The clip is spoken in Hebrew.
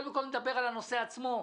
קודם כול נדבר על הנושא עצמו.